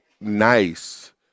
nice